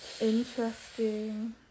Interesting